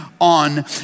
on